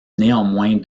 néanmoins